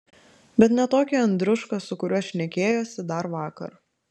bet ne tokį andriušką su kuriuo šnekėjosi dar vakar